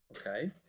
Okay